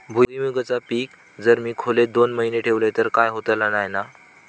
भुईमूगाचा पीक जर मी खोलेत दोन महिने ठेवलंय तर काय होतला नाय ना?